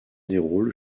déroule